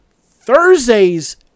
Thursdays